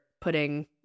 putting